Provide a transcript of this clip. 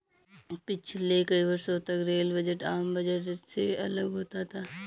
पिछले कई वर्षों तक रेल बजट आम बजट से अलग होता था